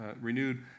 renewed